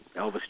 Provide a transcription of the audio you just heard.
Elvis